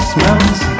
Smells